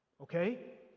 okay